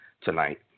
tonight